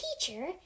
teacher